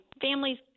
families